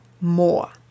more